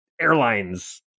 Airlines